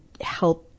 help